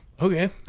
Okay